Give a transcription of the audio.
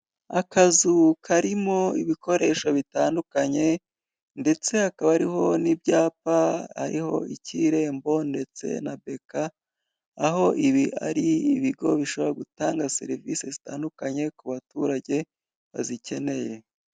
Akazu karimo ibikoresho bitandukanye ndetse hakaba hariho n'ibyapa hariho ik'irembo ndetse na beka, aho ibi ari ibigo bishobora gutanga serivisi zitandukanye ku baturage bazikeneye.